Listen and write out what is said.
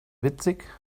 witzig